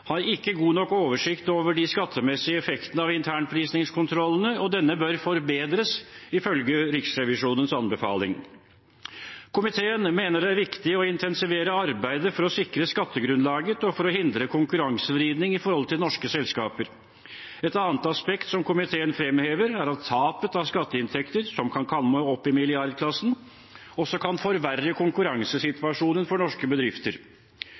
har ikke god nok oversikt over de skattemessige effektene av internprisingskontrollene, og denne bør forbedres, ifølge Riksrevisjonens anbefaling. Komiteen mener det er viktig å intensivere arbeidet for å sikre skattegrunnlaget og for å hindre konkurransevridning med hensyn til norske selskaper. Et annet aspekt som komiteen fremhever, er at tapet av skatteinntekter, som kan komme opp i milliardklassen, også kan forverre konkurransesituasjonen for norske bedrifter.